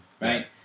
right